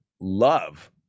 love